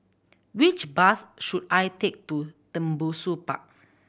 which bus should I take to Tembusu Park